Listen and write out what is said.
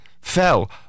fell